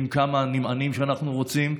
עם כמה נמענים שאנחנו רוצים.